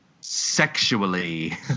sexually